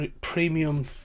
premium